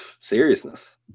seriousness